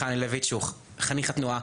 מרדכי אנילביץ' שהוא חניך התנועה,